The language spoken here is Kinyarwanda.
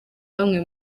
bamwe